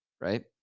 Right